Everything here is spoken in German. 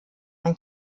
ein